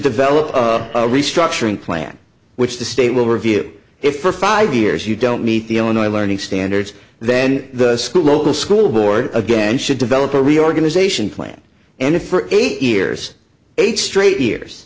develop a restructuring plan which the state will review if for five years you don't meet the illinois learning standards then the school local school board again should develop a reorganization plan and for eight years eight straight years